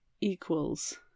equals